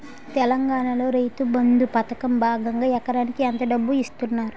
తెలంగాణలో రైతుబంధు పథకం భాగంగా ఎకరానికి ఎంత డబ్బు ఇస్తున్నారు?